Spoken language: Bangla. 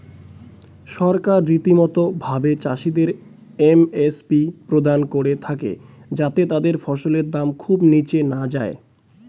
সরকার রীতিমতো ভাবে চাষিদের এম.এস.পি প্রদান করে থাকে যাতে তাদের ফসলের দাম খুব নীচে না যায়